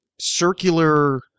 circular